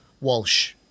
Walsh